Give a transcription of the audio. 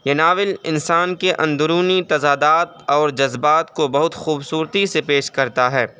یہ ناول انسان کے اندرونی تضادات اور جذبات کو بہت خوبصورتی سے پیش کرتا ہے